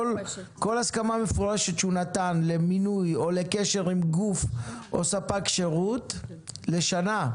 כל הסכמה מפורשת שהוא נתן למנוי או לקשר עם גוף או ספק שירות לשנה,